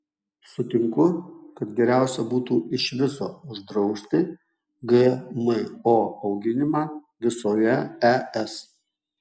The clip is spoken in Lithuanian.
sutinku kad geriausia būtų iš viso uždrausti gmo auginimą visoje es